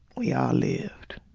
we all lived.